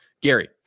Gary